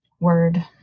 word